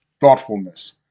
thoughtfulness